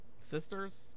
sisters